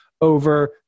over